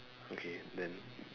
okay then